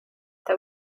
that